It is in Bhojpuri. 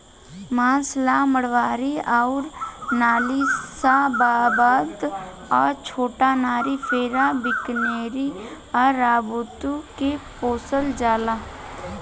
मांस ला मारवाड़ी अउर नालीशबाबाद आ छोटानगरी फेर बीकानेरी आ रामबुतु के पोसल जाला